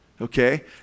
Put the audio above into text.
Okay